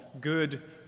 good